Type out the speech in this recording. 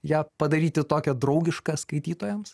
ją padaryti tokią draugišką skaitytojams